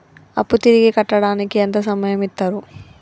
అప్పు తిరిగి కట్టడానికి ఎంత సమయం ఇత్తరు?